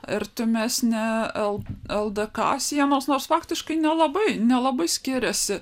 artimesnė el ldk sienos nors faktiškai nelabai nelabai skiriasi